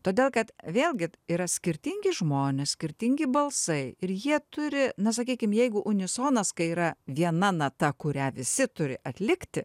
todėl kad vėlgi yra skirtingi žmonės skirtingi balsai ir jie turi na sakykim jeigu unisonas kai yra viena nata kurią visi turi atlikti